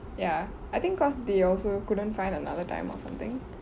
ya I think cause they also couldn't find another time or something